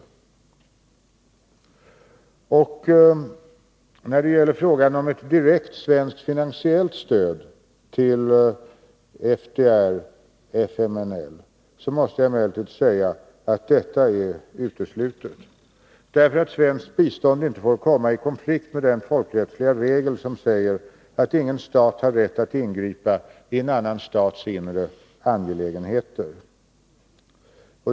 När det gäller frågan om ett direkt svenskt finansiellt stöd till FDR/FMNL måste jag emellertid säga att detta är uteslutet. Svenskt bistånd får nämligen inte komma i konflikt med den folkrättsliga regel som säger att ingen stat har rätt att ingripa i en annan stats inre angelägenheter.